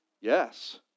Yes